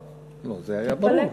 לא, תתפלא.